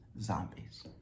zombies